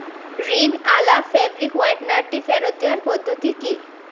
রীন আলা ফেবরিক হোয়াইটনারটি ফেরত দেওয়ার পদ্ধতি কি